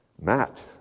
Matt